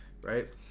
right